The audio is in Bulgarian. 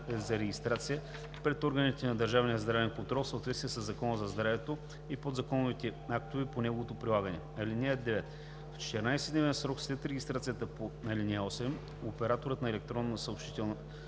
за регистрация пред органите на държавния здравен контрол в съответствие със Закона за здравето и подзаконовите актове по неговото прилагане. (9) В 14-дневен срок след регистрацията по ал. 8 операторът на електронна съобщителна